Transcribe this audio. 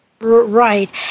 Right